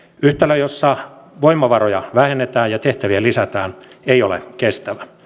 yhtälö jossa voimavaroja vähennetään ja tehtäviä lisätään ei ole kestävä